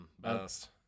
best